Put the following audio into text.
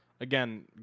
again